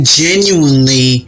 genuinely